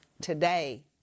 today